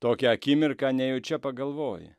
tokią akimirką nejučia pagalvoji